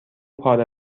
پاره